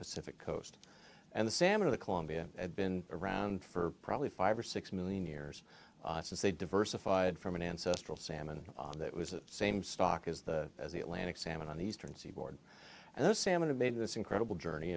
pacific coast and the salmon of the columbia had been around for probably five or six million years since they diversified from an ancestral salmon that was the same stock is the as the atlantic salmon on the eastern seaboard and the salmon have made this incredible journey